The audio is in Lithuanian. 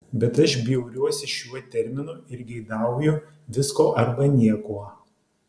bet aš bjauriuosi šiuo terminu ir geidauju visko arba nieko